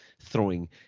throwing